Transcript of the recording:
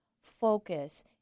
focus